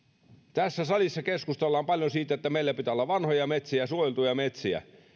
tässä salissa keskustellaan paljon siitä että meillä pitää olla vanhoja metsiä suojeltuja metsiä